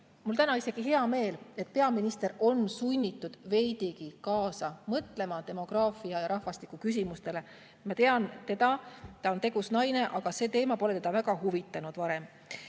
mul täna isegi hea meel, et peaminister on sunnitud veidigi kaasa mõtlema demograafia ja rahvastiku küsimustele. Ma tean teda, ta on tegus naine, aga see teema pole teda varem väga huvitanud.